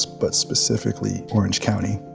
but specifically, orange county.